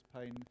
pain